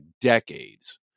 decades